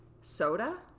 Soda